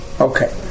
Okay